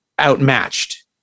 outmatched